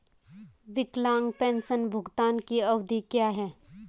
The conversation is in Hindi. विकलांग पेंशन भुगतान की अवधि क्या है?